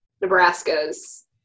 Nebraska's